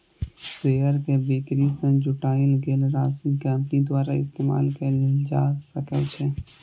share के बिक्री सं जुटायल गेल राशि कंपनी द्वारा इस्तेमाल कैल जा सकै छै